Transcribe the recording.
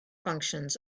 functions